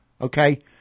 okay